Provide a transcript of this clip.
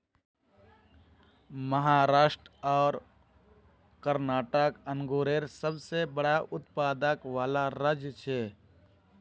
महाराष्ट्र आर कर्नाटक अन्गुरेर सबसे बड़ा उत्पादक वाला राज्य छे